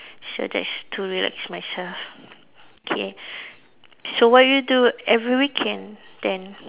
so that's to relax myself K so what you do every weekend then